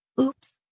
Oops